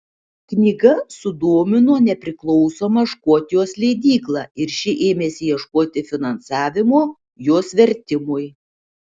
knyga sudomino nepriklausomą škotijos leidyklą ir ši ėmėsi ieškoti finansavimo jos vertimui